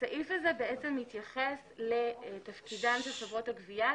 הסעיף הזה מתייחס לתפקידן של חברות הגבייה.